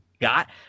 got